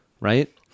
Right